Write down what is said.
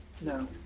No